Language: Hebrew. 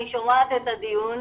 אני שומעת את הדיון.